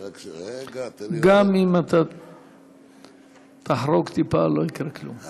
גם אם תחרוג טיפה לא יקרה כלום.